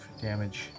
damage